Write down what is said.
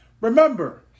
Remember